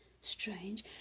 strange